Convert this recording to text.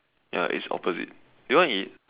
ya it's opposite you want to eat